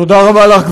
תודה רבה לך,